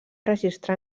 registrar